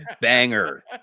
banger